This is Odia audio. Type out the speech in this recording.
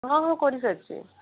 ହଁ ହଁ କରିସାରିଛି